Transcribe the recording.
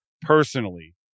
personally